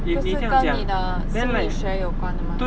不是跟你的心理学有关的 mah